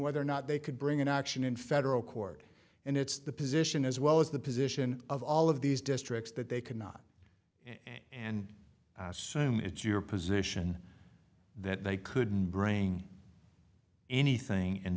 whether or not they could bring an action in federal court and it's the position as well as the position of all of these districts that they cannot and assume it's your position that they couldn't bring anything in